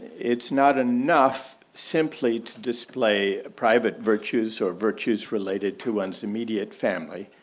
it's not enough simply to display private virtues or virtues related to one's immediate family.